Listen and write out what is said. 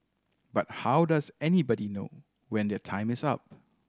but how does anybody know when their time is up